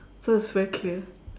so it's very clear